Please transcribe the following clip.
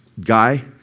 guy